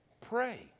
Pray